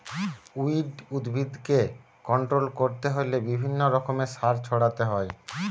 weed উদ্ভিদকে control করতে হইলে বিভিন্ন রকমের সার ছড়াতে হয়